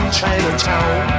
Chinatown